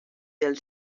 del